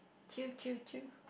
chill chill chill